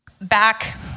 back